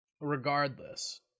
regardless